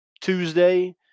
Tuesday